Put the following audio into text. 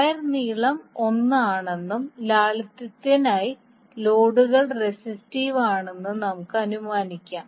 wire നീളം l ആണെന്നും ലാളിത്യത്തിനായി ലോഡുകൾ റെസിസ്റ്റീവ് ആണെന്ന് നമുക്ക് അനുമാനിക്കാം